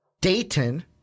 Dayton